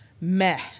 Meh